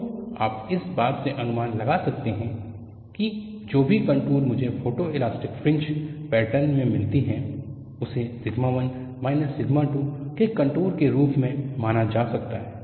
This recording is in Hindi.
तो आप इस बात से अनुमान लगा सकते हैं कि जो भी कंटूर मुझे फोटोइलास्टिक फ्रिंज पैटर्न में मिलती है उसे सिग्मा 1 माइनस सिग्मा 2 के कंटूर के रूप में माना जा सकता है